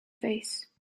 face